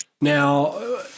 Now